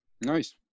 Nice